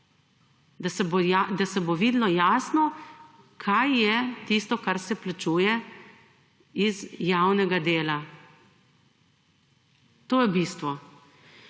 da se bo videlo jasno kaj je tisto, kar se plačuje iz javnega dela. To je bistvo.